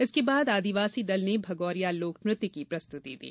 इसके बाद आदिवासी दल र्ने भगोरिया लोक नृत्य की प्रस्तुति दी